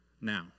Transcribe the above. now